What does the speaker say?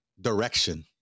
direction